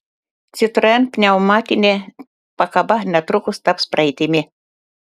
citroen pneumatinė pakaba netrukus taps praeitimi